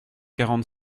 quarante